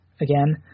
again